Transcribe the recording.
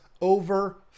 over